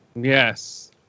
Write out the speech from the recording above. Yes